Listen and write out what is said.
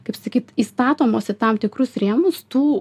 kaip sakyt įstatomos į tam tikrus rėmus tų